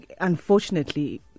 unfortunately